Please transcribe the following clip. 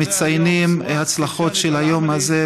בציון הצלחות של היום הזה,